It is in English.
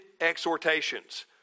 exhortations